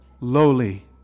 lowly